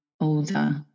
older